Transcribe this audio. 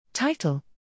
Title